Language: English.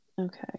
Okay